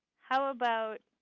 how about,